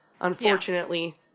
Unfortunately